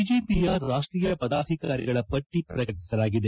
ಬಿಜೆಪಿಯ ರಾಷ್ಟೀಯ ಪದಾಧಿಕಾರಿಗಳ ಪಟ್ಟಿ ಪ್ರಕಟಿಸಲಾಗಿದೆ